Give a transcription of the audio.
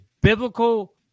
biblical